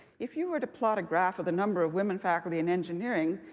if you were to plot a graph of the number of women faculty in engineering,